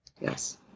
Yes